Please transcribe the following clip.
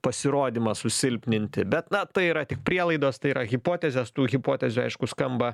pasirodymą susilpninti bet na tai yra tik prielaidos tai yra hipotezės tų hipotezių aišku skamba